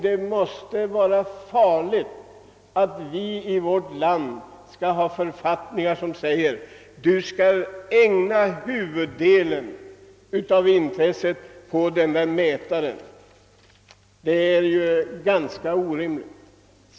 Det måste vara farligt att vi i vårt land skall ha författningar som säger: Du skall ägna huvuddelen av intresset åt hastighetsmätaren! Detta är ju ganska orimligt.